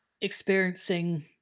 experiencing